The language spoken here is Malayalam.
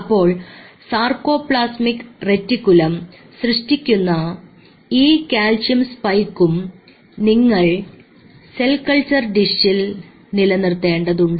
അപ്പോൾ സാർകോപ്ലാസ്മിക് റെറ്റികുലം സൃഷ്ടിക്കുന്ന ഈ കാൽസ്യം സ്പൈക്കും നിങ്ങൾ സെൽ കൾച്ചർ ഡിഷിൽ നിലനിർത്തേണ്ടതുണ്ട്